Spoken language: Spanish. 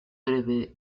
breve